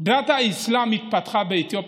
דת האסלאם התפתחה באתיופיה.